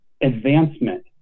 advancement